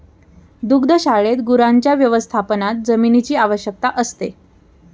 दुग्धशाळेत गुरांच्या व्यवस्थापनात जमिनीची आवश्यकता असते